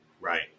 Right